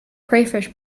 crayfish